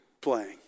playing